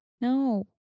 No